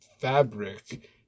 fabric